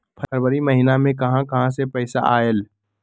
फरवरी महिना मे कहा कहा से पैसा आएल?